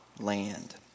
land